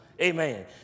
Amen